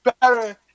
better